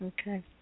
Okay